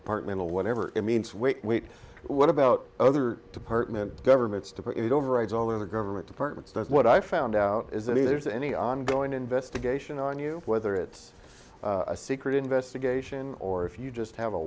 department of whatever it means wait wait what about other department governments to put it overrides over the government departments that's what i found out is that if there's any ongoing investigation on you whether it's a secret investigation or if you just have a